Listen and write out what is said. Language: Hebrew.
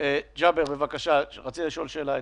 ג'אבר, בבקשה, רצית לשאול שאלה.